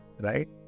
right